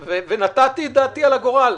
נכון, ונתתי דעתי על הגורל.